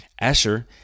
Asher